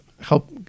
help